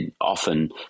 often